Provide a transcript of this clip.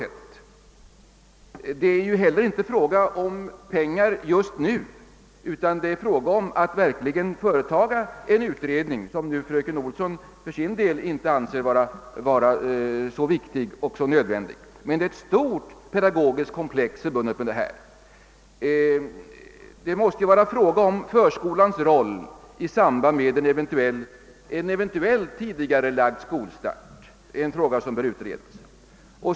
Det är ju inte fråga om pengar just nu, utan det gäller att företa en utredning, som fröken Olsson för sin del emellertid inte anser vara så nödvändig. Men det är i alla fall ett stort pedagogiskt komplex förbundet härmed. Det rör sig om förskolans roll i samband med en eventuellt tidigarelagd skolstart, och detta är en fråga som bör utredas.